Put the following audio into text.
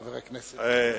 חבר הכנסת והבה.